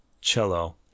cello